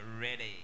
ready